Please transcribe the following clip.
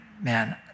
man